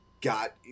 got